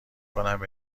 کنم